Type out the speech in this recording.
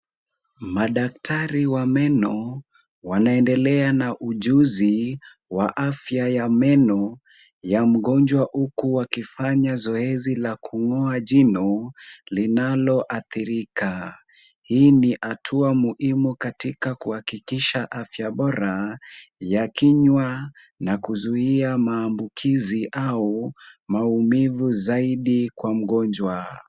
Madaktari wa meno wanendelea na ujuzi wa afya ya meno ya mgonjwa, huku wakifanya zoezi la kung'oa jino linalo athirika. Hii ni hatua muhimu katika kuhakikisha afya bora ya kinywa na kuzuia maambukizi au maumivu zaidi kwa mgonjwa.